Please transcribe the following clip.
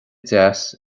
deas